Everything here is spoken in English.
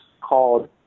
called